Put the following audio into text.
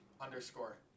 underscore